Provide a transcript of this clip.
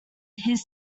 his